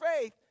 faith